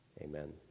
amen